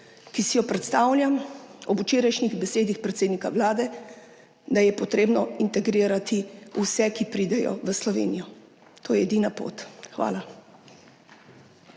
ki si jo predstavljam ob včerajšnjih besedah predsednika Vlade, da je potrebno integrirati vse, ki pridejo v Slovenijo. To je edina pot. Hvala.